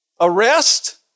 Arrest